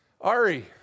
Ari